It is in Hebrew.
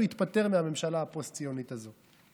הוא יתפטר מהממשלה הפוסט-ציונית הזאת,